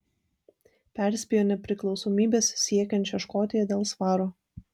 perspėjo nepriklausomybės siekiančią škotiją dėl svaro